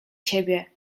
ciebie